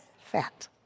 fat